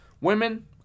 women